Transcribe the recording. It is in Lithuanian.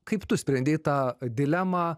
kaip tu sprendei tą dilemą